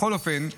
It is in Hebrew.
בכל אופן,